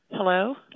Hello